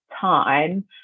time